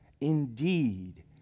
indeed